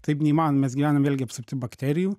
taip neįmanoma mes gyvenam vėlgi apsupti bakterijų